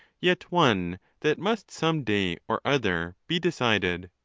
yet one that must some day or other be decided.